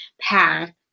path